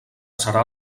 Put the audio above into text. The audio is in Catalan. serà